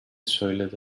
söyledi